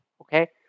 okay